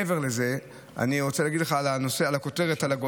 מעבר לזה אני רוצה לדבר על נושא הגודש.